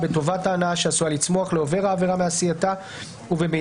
בטובת ההנאה שעשויה לצמוח לעובר העבירה מעשייתה ובמידת